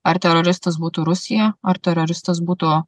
ar teroristas būtų rusija ar teroristas būtų